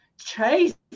chase